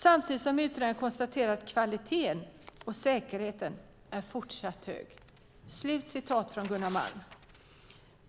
Samtidigt som han konstaterar att kvaliteten och säkerheten är fortsatt hög."